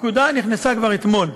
הפקודה נכנסה כבר אתמול.